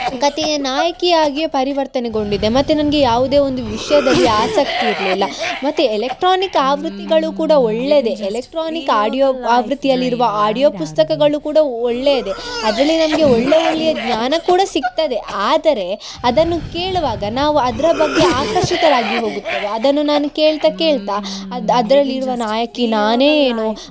ಕತೆಯ ನಾಯಕಿಯಾಗಿಯೇ ಪರಿವರ್ತನೆಗೊಂಡಿದ್ದೆ ಮತ್ತು ನನಗೆ ಯಾವುದೇ ಒಂದು ವಿಷಯದಲ್ಲಿ ಆಸಕ್ತಿ ಇರಲಿಲ್ಲ ಮತ್ತು ಎಲೆಕ್ಟ್ರಾನಿಕ್ ಆವೃತ್ತಿಗಳು ಕೂಡ ಒಳ್ಳೆಯದೆ ಎಲೆಕ್ಟ್ರಾನಿಕ್ ಆಡ್ಯೊ ಆವೃತ್ತಿಯಲ್ಲಿರುವ ಆಡ್ಯೊ ಪುಸ್ತಕಗಳು ಕೂಡ ಒಳ್ಳೆಯದೆ ಅದರಲ್ಲಿ ನಮಗೆ ಒಳ್ಳೆಯ ಒಳ್ಳೆಯ ಜ್ಞಾನ ಕೂಡ ಸಿಗ್ತದೆ ಆದರೆ ಅದನ್ನು ಕೇಳುವಾಗ ನಾವು ಅದರ ಬಗ್ಗೆ ಆಕರ್ಷಿತರಾಗಿ ಹೋಗುತ್ತೇವೆ ಅದನ್ನು ನಾನು ಕೇಳ್ತ ಕೇಳ್ತ ಅದು ಅದರಲ್ಲಿರುವ ನಾಯಕಿ ನಾನೇ ಏನೋ